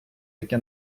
таке